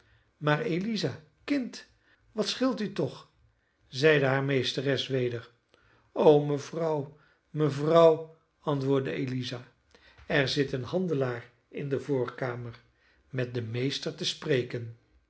maar eliza kind wat scheelt u toch zeide hare meesteres weder o mevrouw mevrouw antwoordde eliza er zit een handelaar in de voorkamer met den meester te spreken